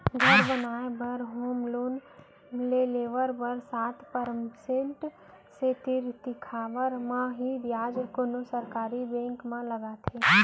घर बनाए बर होम लोन के लेवब म सात परसेंट के तीर तिखार म ही बियाज कोनो सरकारी बेंक म लगथे